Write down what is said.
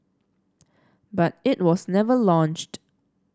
but it was never launched